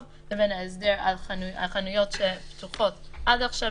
לבין ההסדר על החנויות שפתוחות עד עכשיו,